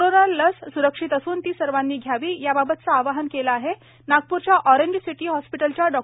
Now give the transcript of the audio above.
corona लस स्रक्षित असून ती सर्वानी घ्यावी याबाबतचे आवाहन केले आहे नागपूरच्या ऑरेंज सिटी हॉस्पिटलच्या डॉ